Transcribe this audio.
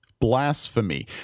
blasphemy